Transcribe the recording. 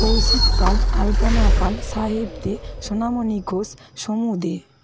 Kaushik Pal Alpana Pal Saheb Dey Sonamoni Ghosh Soumya দে